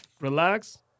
relax